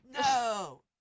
no